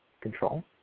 Control